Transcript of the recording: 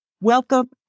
Welcome